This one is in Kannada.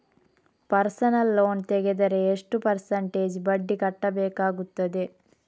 ಪರ್ಸನಲ್ ಲೋನ್ ತೆಗೆದರೆ ಎಷ್ಟು ಪರ್ಸೆಂಟೇಜ್ ಬಡ್ಡಿ ಕಟ್ಟಬೇಕಾಗುತ್ತದೆ?